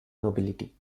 nobility